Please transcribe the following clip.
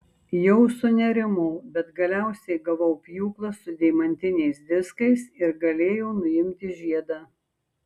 jau sunerimau bet galiausiai gavau pjūklą su deimantiniais diskais ir galėjau nuimti žiedą